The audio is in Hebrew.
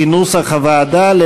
כנוסח הוועדה,